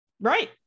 Right